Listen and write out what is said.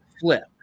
flip